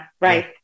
right